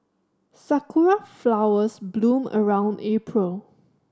sakura flowers bloom around April